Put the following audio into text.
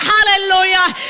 Hallelujah